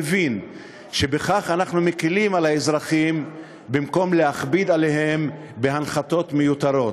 מבין שבכך אנחנו מקלים על האזרחים במקום להכביד עליהם בהנחתות מיותרות.